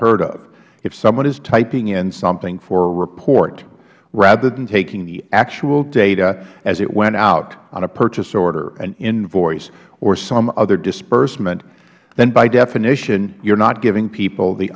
ard of if someone is typing in something for a report rather than taking the actual data as it went out on a purchase order an invoice or some other disbursement then by definition you are not giving people the